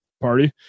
party